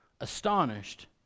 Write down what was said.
astonished